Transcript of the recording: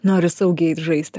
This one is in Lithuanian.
noriu saugiai eit žaisti